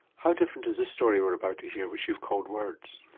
how different is this story we're about to hear which you've called words.